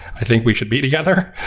i think we should be together.